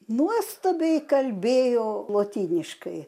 nuostabiai kalbėjo lotyniškai